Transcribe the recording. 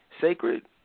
sacred